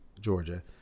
Georgia